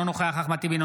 אינו נוכח אחמד טיבי,